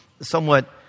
somewhat